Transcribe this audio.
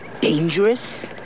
dangerous